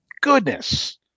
goodness